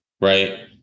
Right